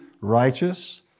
righteous